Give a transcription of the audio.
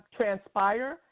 transpire